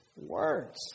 words